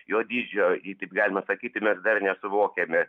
jo dydžio jei taip galima sakyti mes dar nesuvokiame